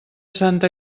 santa